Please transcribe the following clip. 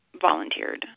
volunteered